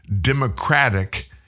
Democratic